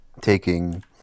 taking